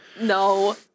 no